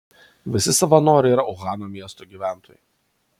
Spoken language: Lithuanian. visi savanoriai yra uhano miesto gyventojai